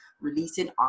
releasing